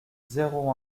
zéro